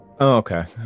okay